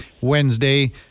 Wednesday